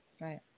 Right